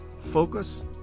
Focus